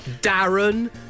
Darren